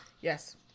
Yes